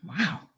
Wow